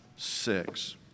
Six